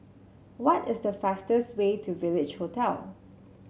what is the fastest way to Village Hotel